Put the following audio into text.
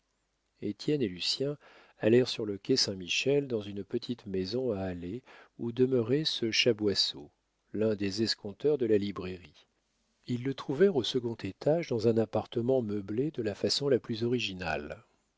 étienne et lucien allèrent sur le quai saint-michel dans une petite maison à allée où demeurait ce chaboisseau l'un des escompteurs de la librairie ils le trouvèrent au second étage dans un appartement meublé de la façon la plus originale